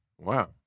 Wow